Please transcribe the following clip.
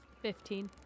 Fifteen